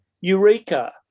Eureka